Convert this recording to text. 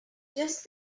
just